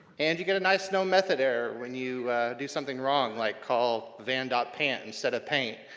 and you get a nice nomethoderror when you do something wrong like call van dot pant instead of paint.